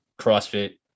crossfit